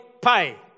pay